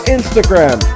Instagram